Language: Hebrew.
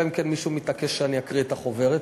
אלא אם כן מישהו מתעקש שאני אקריא את החוברת.